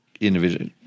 individual